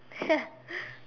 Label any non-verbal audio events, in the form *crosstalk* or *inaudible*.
ya *laughs*